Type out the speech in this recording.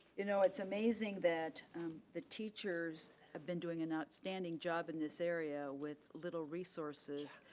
you know it's amazing that the teachers have been doing an outstanding job in this area with little resources.